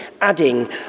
adding